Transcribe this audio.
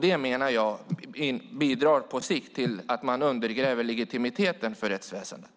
Jag menar att det på sikt bidrar till att man undergräver legitimiteten för rättsväsendet.